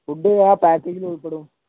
food ആ പാക്കേജിൽ ഉൾപ്പെടും